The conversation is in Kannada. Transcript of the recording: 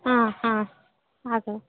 ಆಂ ಆಂ ಹಾಗಾ